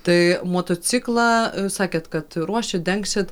tai motociklą sakėt kad ruošit dengsit